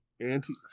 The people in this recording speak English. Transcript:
anti